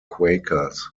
quakers